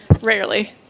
rarely